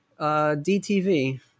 DTV